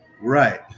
Right